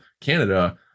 Canada